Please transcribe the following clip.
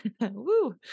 Woo